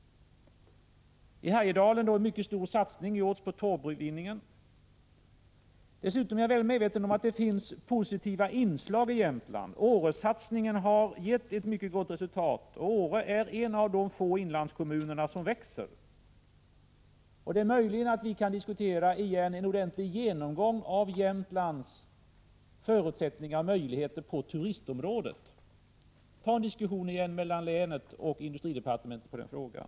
I Härjedalen har det gjorts en mycket stor satsning på torvutvinningen. Dessutom är jag väl medveten om att det finns positiva inslag i Jämtland. Åresatsningen har gett ett mycket bra resultat. Åre är en av de få Prot. 1985/86:104 inlandskommuner som växer. Det är möjligt att vi på nytt kan göra en 1april 1986 ordentlig genomgång av Jämtlands möjligheter på turistområdet. Ta en diskussion på nytt mellan industridepartementet och länet beträffande den Om befolkningsfrågan.